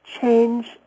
change